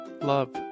love